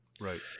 Right